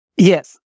Yes